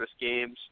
games